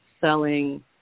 selling